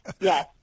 Yes